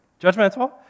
Judgmental